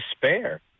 despair